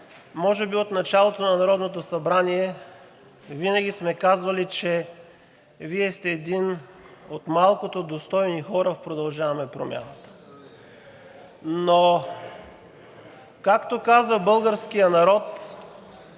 може би от началото на Народното събрание винаги сме казвали, че Вие сте един от малкото достойни хора в „Продължаваме Промяната“, но както казва българският народ: